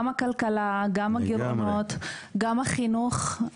גם הכלכלה, גם גירעונות, גם החינוך.